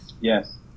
Yes